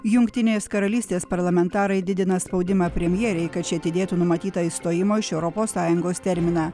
jungtinės karalystės parlamentarai didina spaudimą premjerei kad ši atidėtų numatytą išstojimo iš europos sąjungos terminą